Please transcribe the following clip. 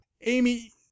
Amy